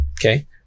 okay